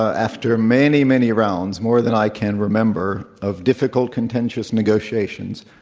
after many, many rounds, more than i can remember, of difficult contentious negotiations,